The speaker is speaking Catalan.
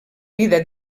vida